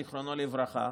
זיכרונו לברכה?